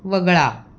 वगळा